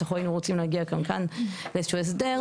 אז היינו רוצים להגיע גם כאן לאיזה שהוא הסדר.